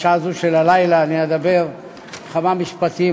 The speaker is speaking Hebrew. בשעה הזו של הלילה אני אדבר בכמה משפטים,